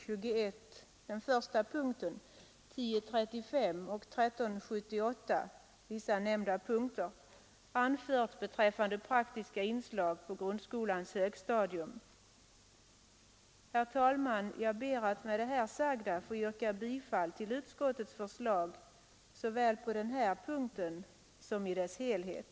Jag ber med det sagda att få yrka bifall till utskottets hemställan på samtliga punkter.